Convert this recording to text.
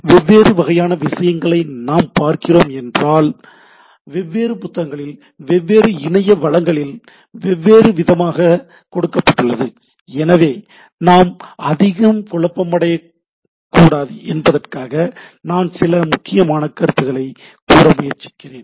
வெவ்வேறு வகையான விஷயங்களை நாம் ஏன் பார்க்கிறோம் என்றால் வெவ்வேறு புத்தகங்களில் வெவ்வேறு இணைய வளங்களில் வெவ்வேறு விதமாக கொடுக்கப்பட்டுள்ளது எனவே நாம் அதிகம் குழப்பமடையக்கூடாது என்பதற்காக நான் சில முக்கியமான கருத்துக்களை கூற முயற்சிக்கிறேன்